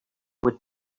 would